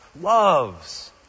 loves